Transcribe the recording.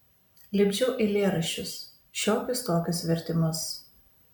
lipdžiau eilėraščius šiokius tokius vertimus